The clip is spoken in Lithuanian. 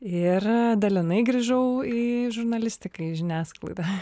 ir dalinai grįžau į žurnalistiką į žiniasklaidą